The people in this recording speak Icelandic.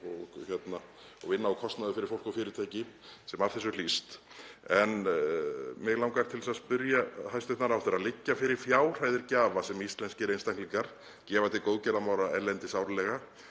og vinna og kostnaður fyrir fólk og fyrirtæki sem af þessu hlýst. Mig langar til að spyrja hæstv. ráðherra: Liggja fyrir fjárhæðir gjafa sem íslenskir einstaklingar gefa til góðgerðarmála erlendis árlega,